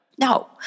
No